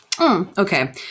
Okay